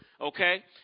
Okay